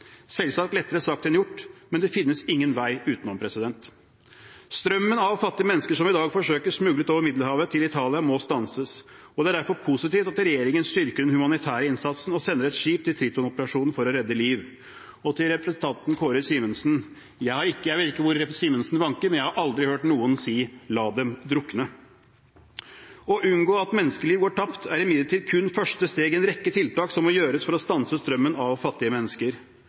selvsagt lettere sagt enn gjort, men det finnes ingen vei utenom. Strømmen av fattige mennesker som i dag forsøkes smuglet over Middelhavet til Italia, må stanses, og det er derfor positivt at regjeringen styrker den humanitære innsatsen og sender et skip til Triton-operasjonen for å redde liv. Til representanten Kåre Simensen: Jeg vet ikke hvor Simensen vanker, men jeg har aldri hørt noen si «la dem drukne». Å unngå at menneskeliv går tapt er imidlertid kun første steg i en rekke tiltak som må gjøres for å stanse strømmen av fattige mennesker.